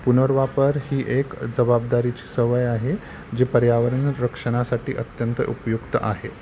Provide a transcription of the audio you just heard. पुनर्वापर ही एक जबाबदारीची सवय आहे जी पर्यावरण रक्षणासाठी अत्यंत उपयुक्त आहे